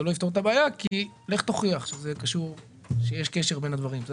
זה לא יפתור את הבעיה כי לך תוכיח שיש קשר בין הדברים.